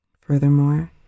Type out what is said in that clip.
Furthermore